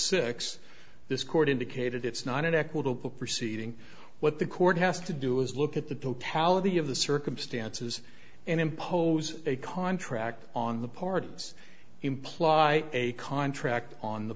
six this court indicated it's not an equitable proceeding what the court has to do is look at the totality of the circumstances and impose a contract on the pardons imply a contract on the